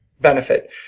benefit